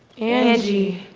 angie.